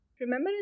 Remember